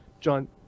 John